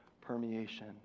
permeation